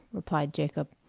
replied jacob.